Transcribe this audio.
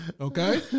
Okay